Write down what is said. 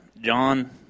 John